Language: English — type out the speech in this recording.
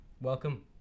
welcome